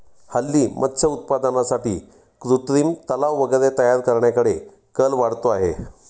हल्ली मत्स्य उत्पादनासाठी कृत्रिम तलाव वगैरे तयार करण्याकडे कल वाढतो आहे